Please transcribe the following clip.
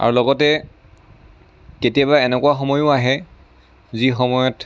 আৰু লগতে কেতিয়াবা এনেকুৱা সময়ো আহে যি সময়ত